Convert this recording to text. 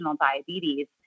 diabetes